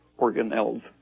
organelles